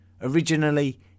Originally